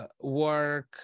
work